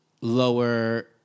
lower